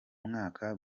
mwaka